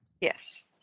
Yes